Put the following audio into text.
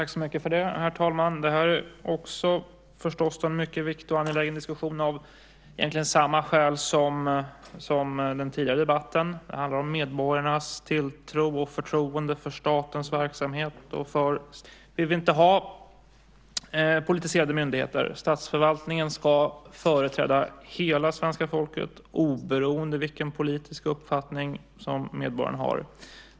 Herr talman! Denna diskussion är mycket viktig och angelägen, egentligen av samma skäl som när det gäller den tidigare debatten. Det handlar om medborgarnas tilltro till och förtroende för statens verksamhet och för statsförvaltningen. Vi vill inte ha politiserade myndigheter. Statsförvaltningen ska företräda hela svenska folket, oberoende av vilken politisk uppfattning medborgarna har.